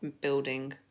building